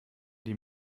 die